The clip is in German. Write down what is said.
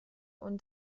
und